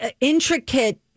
intricate